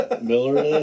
Miller